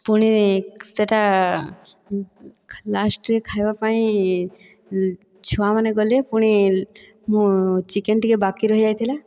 ପୁଣି ସେଇଟା ଲାଷ୍ଟରେ ଖାଇବା ପାଇଁ ଛୁଆମାନେ ଗଲେ ପୁଣି ମୁଁ ଚିକେନ ଟିକିଏ ବାକି ରହିଯାଇଥିଲା